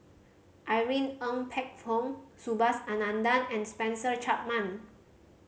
Irene Ng Phek Hoong Subhas Anandan and Spencer Chapman